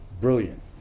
brilliant